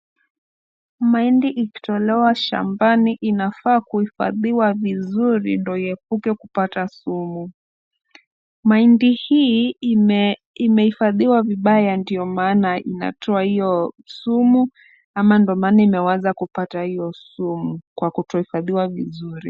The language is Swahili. Mahindi ikitolewa shambani inafaa kuhifadhiwa vizuri ndo iepuke kupata sumu. Mahindi hii imehifadhiwa vibaya ndio maana inatoa hiyo sumu ama ndo maana imeweza kupata hiyo sumu kwa kutohifadhiwa vizuri.